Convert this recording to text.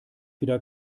wieder